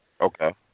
Okay